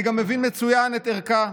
אני גם מבין מצוין את ערכה.